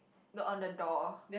no on the door